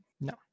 no